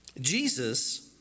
Jesus